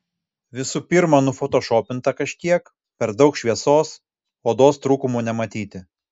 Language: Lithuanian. visų pirma nufotošopinta kažkiek per daug šviesos odos trūkumų nematyti